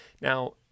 Now